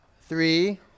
three